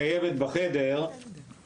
לא, חלילה וחס.